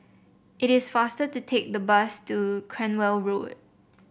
it is faster to take the bus to Cranwell Road